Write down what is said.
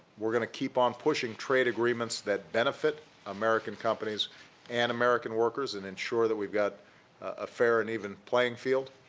we're going to keep on pushing trade agreements that benefit american companies and american workers, and ensure that we've got a fair and even playing field,